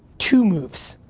two moves.